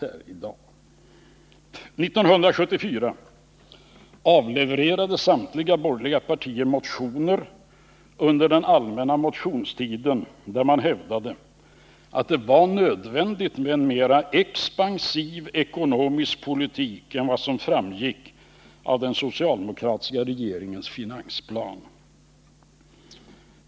1974 avlevererade samtliga borgerliga partier under den allmänna motionstiden motioner i vilka man hävdade att det var nödvändigt med en mera expansiv ekonomisk politik än den som presenterades i den socialdemokratiska regeringens finansplan.